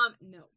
No